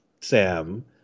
Sam